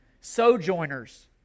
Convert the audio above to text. Sojourners